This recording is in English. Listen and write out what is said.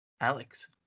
Alex